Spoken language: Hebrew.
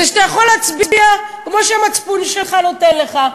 זה שאתה יכול להצביע כמו שהמצפון שלך נותן לך.